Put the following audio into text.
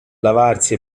lavarsi